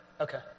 Okay